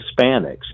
hispanics